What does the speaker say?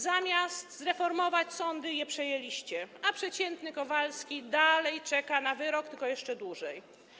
Zamiast zreformować sądy, przejęliście je, a przeciętny Kowalski dalej czeka na wyrok, tylko jeszcze dłużej.